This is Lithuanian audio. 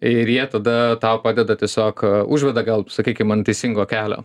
ir jie tada tau padeda tiesiog užveda gal sakykim an teisingo kelio